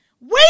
Wait